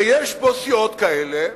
ויש פה סיעות כאלה,